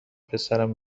پسرم